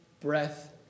breath